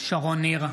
שרון ניר,